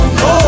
no